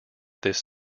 this